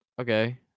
Okay